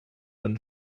than